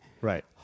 Right